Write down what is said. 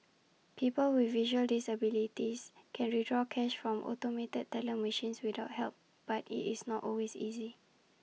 people with visual disabilities can withdraw cash from automated teller machines without help but IT is not always easy